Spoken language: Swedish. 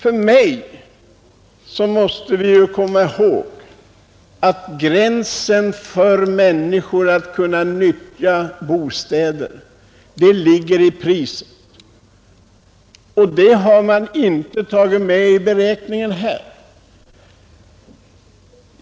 Vi måste komma ihåg att begränsningen av människornas möjligheter att utnyttja bostäder ligger i priset. Det har man här inte tagit med i beräkningen.